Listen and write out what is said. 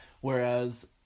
Whereas